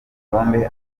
colombe